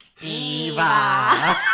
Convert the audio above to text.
Eva